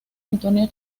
antonio